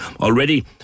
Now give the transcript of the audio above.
Already